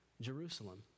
Jerusalem